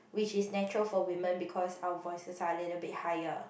which is natural for women because our voices are a little bit higher